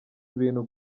ibintu